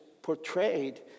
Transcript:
portrayed